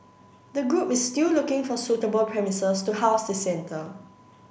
the group is still looking for suitable premises to house the centre